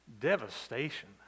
Devastation